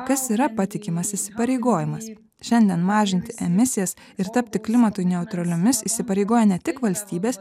kas yra patikimas įsipareigojimas šiandien mažinti emisijas ir tapti klimatui neutraliomis įsipareigoja ne tik valstybės